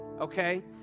Okay